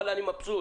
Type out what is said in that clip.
וואלה, אני מבסוט.